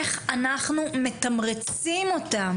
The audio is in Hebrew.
איך אנחנו מתמרצים אותם